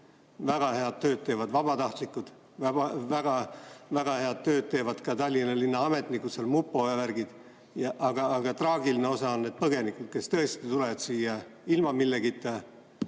Väga head tööd teevad vabatahtlikud. Väga head tööd teevad ka Tallinna linna ametnikud seal, mupo ja värgid. Aga traagiline osa on need põgenikud, kes tulevad siia ilma milletagi,